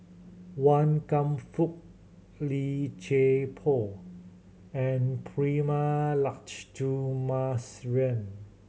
Wan Kam Fook Li Chei Poh and Prema